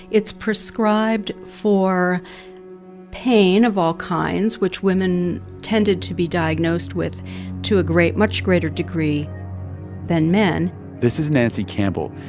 it's prescribed for pain of all kinds, which women tended to be diagnosed with to a great much greater degree than men this is nancy campbell.